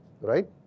right